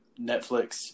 Netflix